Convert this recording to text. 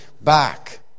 back